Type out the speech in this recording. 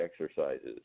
exercises